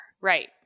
Right